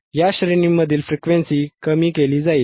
या श्रेणीमधील फ्रिक्वेन्सी कमी केली जाईल